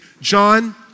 John